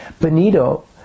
Benito